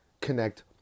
connect